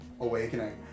Awakening